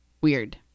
weird